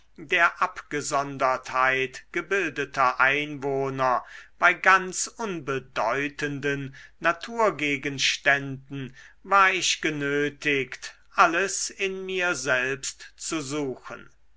der abgesondertheit gebildeter einwohner bei ganz unbedeutenden naturgegenständen war ich genötigt alles in mir selbst zu suchen